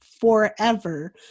forever